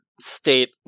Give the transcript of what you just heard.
state